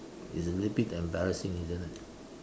it's a little bit embarrassing isn't it